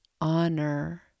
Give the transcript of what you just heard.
honor